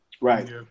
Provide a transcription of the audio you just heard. Right